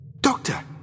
Doctor